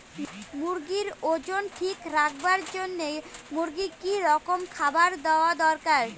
মুরগির ওজন ঠিক রাখবার জইন্যে মূর্গিক কি রকম খাবার দেওয়া দরকার?